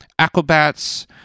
Aquabats